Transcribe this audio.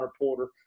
reporter